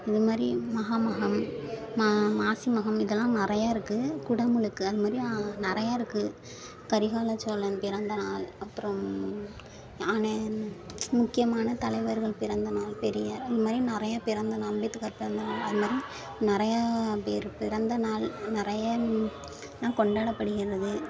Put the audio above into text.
இது மாதிரி மகாமகம் ம மாசி மகம் இதெல்லாம் நிறையா இருக்குது குடமுழுக்கு அந்த மாதிரி நிறையா இருக்குது கரிகால சோழன் பிறந்த நாள் அப்புறம் ஆணன் முக்கியமான தலைவர்கள் பிறந்த நாள் பெரியார் இந்த மாதிரி நிறையா பேர் அண்ணல் அம்பேத்கார் பிறந்த நாள் அது மாதிரி நிறையா பேர் பிறந்த நாள் நிறைய லாம் கொண்டாடப்படுகிறது